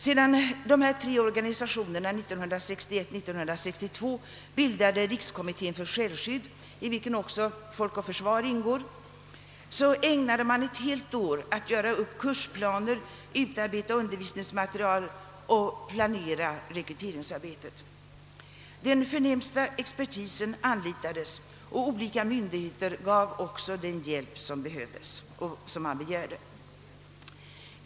Sedan dessa tre organisationer 1961/62 bildat Rikskommittén för självskydd, i vilken även Folk och försvar ingår, ägnade man ett helt år åt att göra upp kursplaner, utarbeta undervisningsmateriel och planera rekryteringsarbetet. Den förnämsta expertisen anlitades, och olika myndigheter gav också den hjälp som behövdes och som man begärde.